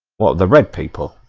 the right people